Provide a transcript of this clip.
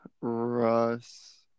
Russ